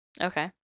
Okay